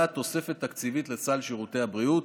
הממשלה מאשרת תוספת תקציבית לסל שירותי הבריאות,